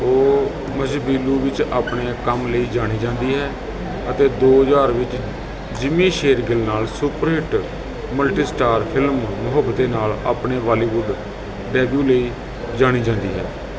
ਉਹ ਮਜ਼ਹਬੀਲੂ ਵਿੱਚ ਆਪਣੇ ਕੰਮ ਲਈ ਜਾਣੀ ਜਾਂਦੀ ਹੈ ਅਤੇ ਦੋ ਹਜ਼ਾਰ ਵਿੱਚ ਜਿਮੀ ਸ਼ੇਰਗਿੱਲ ਨਾਲ super hit multi starrer film Mohabbatein ਨਾਲ ਆਪਣੇ ਬਾਲੀਵੁੱਡ ਡੈਬਿਊ ਲਈ ਜਾਣੀ ਜਾਂਦੀ ਹੈ